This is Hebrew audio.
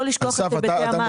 לא לשכוח את היבטי המס.